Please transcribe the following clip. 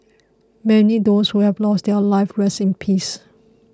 may those who have lost their lives rest in peace